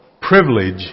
privilege